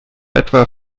etwa